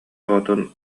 оҕотун